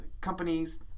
companies